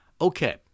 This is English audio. Okay